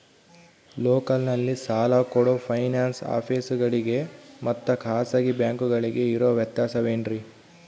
ಲೋಕಲ್ನಲ್ಲಿ ಸಾಲ ಕೊಡೋ ಫೈನಾನ್ಸ್ ಆಫೇಸುಗಳಿಗೆ ಮತ್ತಾ ಖಾಸಗಿ ಬ್ಯಾಂಕುಗಳಿಗೆ ಇರೋ ವ್ಯತ್ಯಾಸವೇನ್ರಿ?